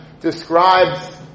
describes